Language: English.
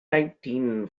nineteen